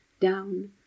down